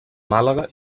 màlaga